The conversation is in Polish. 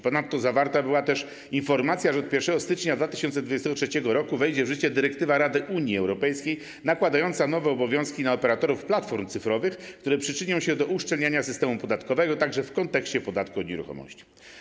Ponadto zawarta była też informacja, że od 1 stycznia 2023 r. wejdzie w życie dyrektywa Rady Unii Europejskiej nakładająca nowe obowiązki na operatorów platform cyfrowych, które przyczynią się do uszczelniania systemu podatkowego, także w kontekście podatku od nieruchomości.